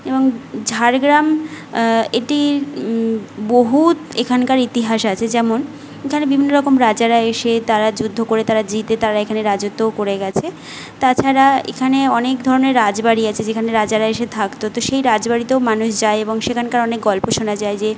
এবং ঝাড়গ্রাম এটি বহু এখানকার ইতিহাস আছে যেমন এখানে বিভিন্ন রকম রাজারা এসে তারা যুদ্ধ করে তারা জিতে তারা এখানে রাজত্বও করে গিয়েছে তাছাড়া এখানে অনেক ধরনের রাজবাড়ি আছে যেখানে রাজার এসে থাকত তো সেই রাজবাড়িতেও মানুষ যায় এবং সেখানকার অনেক গল্প শোনা যায় যে